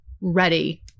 ready